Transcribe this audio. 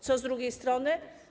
Co z drugiej strony?